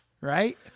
right